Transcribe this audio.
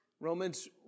Romans